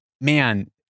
man